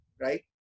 Right